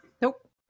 Nope